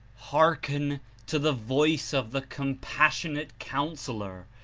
hearken to the voice of the compassionate coun sellor,